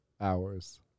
hours